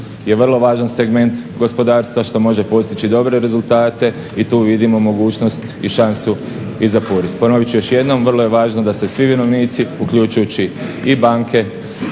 je vrlo važan segment gospodarstva što može postići dobre rezultate i tu vidimo mogućnost i šansu i za Puris. Ponovit ću još jednom, vrlo je važno da se svi vinovnici uključujući i banke